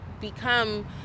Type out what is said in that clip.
become